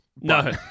No